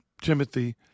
Timothy